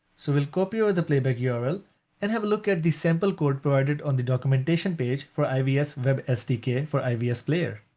so we'll copy the playback yeah url and have a look at the sample code provided on the documentation page for ivs web sdk for ivs player.